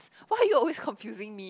why are you confusing me